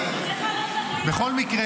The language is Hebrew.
בכל מקרה,